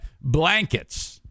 blankets